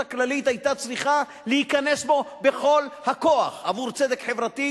הכללית היתה צריכה להיכנס בו בכל הכוח עבור צדק חברתי,